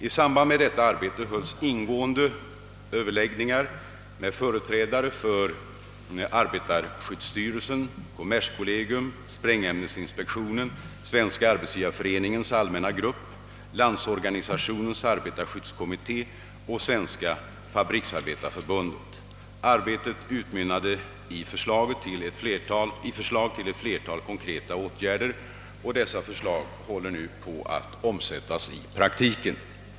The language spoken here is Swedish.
I samband med detta arbete hölls ingående överläggningar med företrädare för arbetarskyddsstyrelsen, kommerskollegium, sprängämnesinspektionen, Svenska arbetsgivareföreningens allmänna grupp, Landsorganisationens arbetarskyddskommitté och Svenska fabriksarbetareförbundet. Arbetet utmynnade i förslag till ett flertal konkreta åtgärder, och dessa förslag håller nu på att omsättas i praktiken.